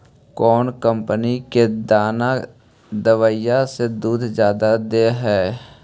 कौन कंपनी के दाना देबए से दुध जादा दे है?